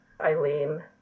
Eileen